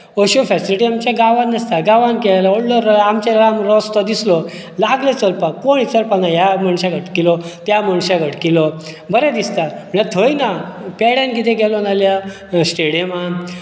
अश्यो फॅसिलिटी आमच्या गांवांत नासता गांवांत कितें जाता व्हडलो लांबचे लांब रस्तो दिसलो लागले चलपाक कोण विचारपाना ह्या मनशाक हटकिलो त्या मनशाक हटकिलो बरें दिसता म्हळ्यार थंय ना पेड्यांत कितें केलां नाल्यार म्हळ्यार स्टेडियमांत